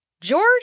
George